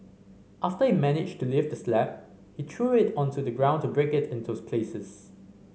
after he managed to lift the slab he threw it onto the ground to break it into pieces